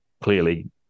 clearly